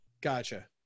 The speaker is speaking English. Gotcha